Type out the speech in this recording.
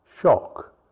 shock